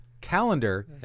calendar